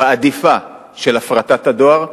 בהדיפה של הפרטת הדואר,